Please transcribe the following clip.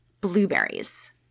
blueberries